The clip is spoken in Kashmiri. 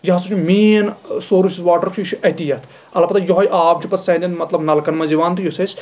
یہِ ہسا چھُ مین سورُس یُس واٹر چھُ یہِ چھُ اَتی اَتھ البتہ یِہوے آب چھُ پَتہٕ سانین مطلب نَلکن منٛز یِوان تہٕ یُس أسۍ